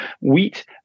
wheat